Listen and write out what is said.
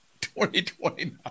2029